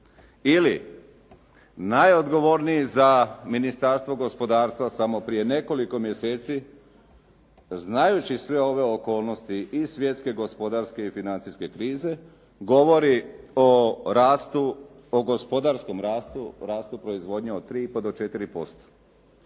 Ili, najodgovorniji za Ministarstvo gospodarstva samo prije nekoliko mjeseci, znajući sve okolnosti iz svjetske gospodarske i financijske krize, govori o rastu, o gospodarskom rastu proizvodnje od 3,5 do 4%.